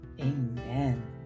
Amen